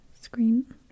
screen